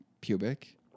pubic